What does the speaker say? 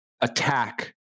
attack